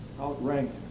outranked